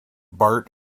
bart